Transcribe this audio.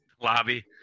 Lobby